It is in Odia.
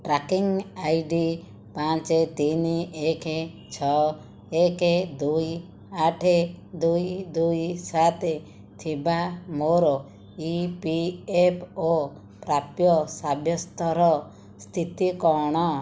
ଟ୍ରାକିଂ ଆଇ ଡି ପାଞ୍ଚେ ତିନି ଏକେ ଛଅ ଏକେ ଦୁଇ ଆଠେ ଦୁଇ ଦୁଇ ସାତେ ଥିବା ମୋର ଇ ପି ଏଫ୍ ଓ ପ୍ରାପ୍ୟ ସାବ୍ୟସ୍ତର ସ୍ଥିତି କ'ଣ